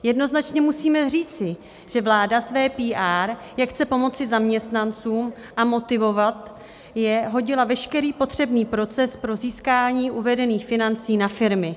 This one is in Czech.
Jednoznačně musíme říci, že vláda své PR, jak chce pomoci zaměstnancům a motivovat je, hodila veškerý potřebný proces pro získání uvedených financí na firmy.